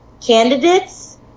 candidates